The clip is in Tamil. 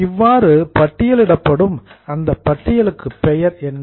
இவ்வாறு பட்டியலிடப்படும் அந்த பட்டியலுக்கு பெயர் என்ன